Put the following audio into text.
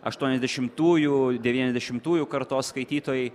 aštuoniasdešimtųjų devyniasdešimtųjų kartos skaitytojai